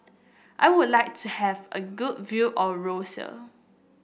I would like to have a good view of Roseau